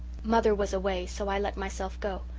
mother was away, so i let myself go.